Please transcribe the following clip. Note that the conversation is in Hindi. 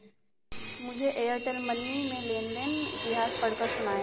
मुझे एयरटेल मनी में लेन देन इतिहास पढ़कर सुनाएँ